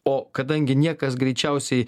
o kadangi niekas greičiausiai